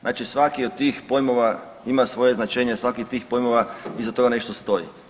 Znači svaki od tih pojmova ima svoje značenje, svaki od tih pojmova iza toga nešto stoji.